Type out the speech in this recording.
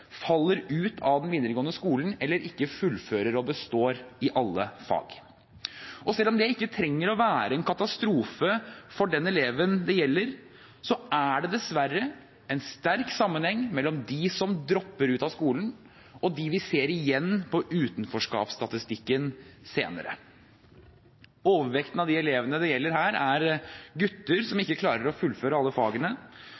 faller ut av videregående skole eller ikke fullfører og består i alle fag. Selv om det ikke trenger å være en katastrofe for den eleven det gjelder, er det dessverre en sterk sammenheng mellom dem som dropper ut av skolen og dem vi ser igjen på utenforskapstatistikken senere. Overvekten av de elevene det gjelder her, er gutter som ikke klarer å fullføre alle fagene,